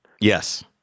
Yes